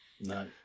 No